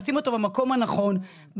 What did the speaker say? לשים אותו במקום הנכון,